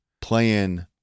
playing